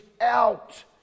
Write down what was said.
out